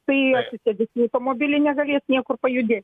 tai atsisėdęs į automobilį negalės niekur pajudėti